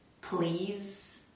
please